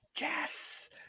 yes